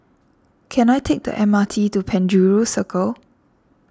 can I take the M R T to Penjuru Circle